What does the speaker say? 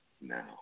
now